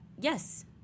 yes